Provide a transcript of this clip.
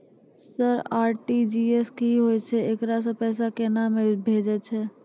Sir RTGS की होय छै, एकरा से पैसा केना भेजै छै?